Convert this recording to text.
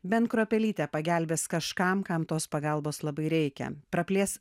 bent kruopelyte pagelbės kažkam kam tos pagalbos labai reikia praplės